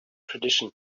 tradition